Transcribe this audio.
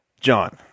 John